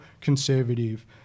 conservative